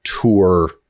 Tour